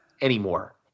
anymore